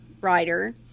writer